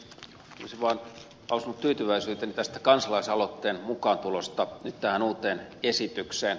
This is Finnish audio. olisin vaan lausunut tyytyväisyyteni tästä kansalaisaloitteen mukaantulosta nyt tähän uuteen esitykseen